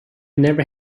never